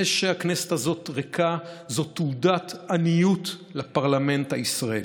זה שהכנסת הזאת ריקה זה תעודת עניות לפרלמנט הישראלי.